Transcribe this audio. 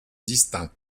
distincts